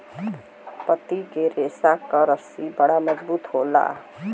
पत्ती के रेशा क रस्सी बड़ा मजबूत होला